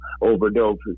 overdose